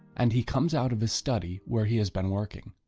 and he comes out of his study where he has been working.